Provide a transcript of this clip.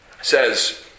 says